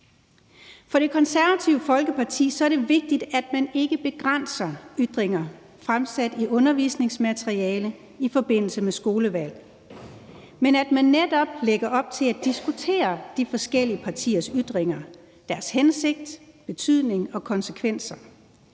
For Det Konservative Folkeparti er det vigtigt, at man ikke begrænser ytringer fremsat i undervisningsmateriale i forbindelse med skolevalget, men at man netop lægger op til at diskutere de forskellige partiers ytringer og deres hensigt, betydning og konsekvenser.